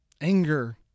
Anger